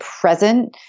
present